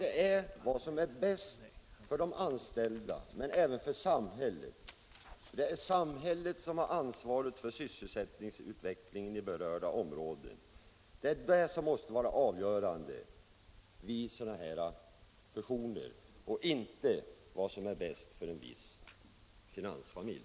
Det är vad som är bäst för de anställda och för samhället — och det är samhället som har ansvaret för sysselsättningsutvecklingen i berörda områden — som måste vara avgörande vid fusioner och inte vad som är bäst för en viss finansfamilj.